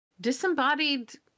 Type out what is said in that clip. disembodied